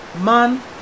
Man